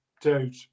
dude